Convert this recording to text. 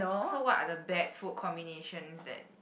so what are the bad food combinations that